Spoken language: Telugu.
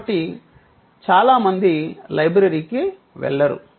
కాబట్టి చాలా మంది లైబ్రరీకి వెళ్ళరు